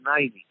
90